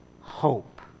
hope